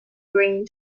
green